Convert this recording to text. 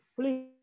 please